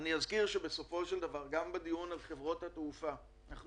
אני אזכיר שבסופו של דבר גם בדיון על חברות התעופה אנחנו